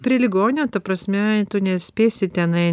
prie ligonio ta prasme tu nespėsi tenai